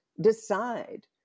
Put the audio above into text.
decide